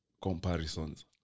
comparisons